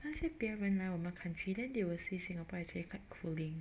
那些别人来我们 country then they will say Singapore is actually quite cooling